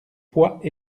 poids